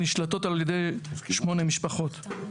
נשלטות על ידי 8 משפחות.